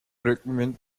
rückenwind